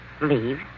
Leave